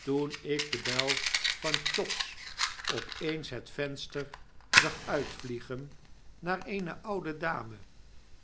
toen ik de bel van chops op eens het venster zag uit vliegen naar eene oude dame